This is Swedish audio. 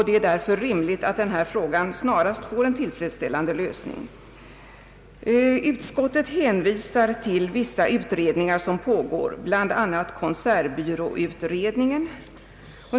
Det är därför rimligt att den här frågan snarast får en tillfredsställande lösning. Utskottet hänvisar till utredningar som pågår, bl.a. konsertbyråutredningen.